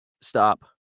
Stop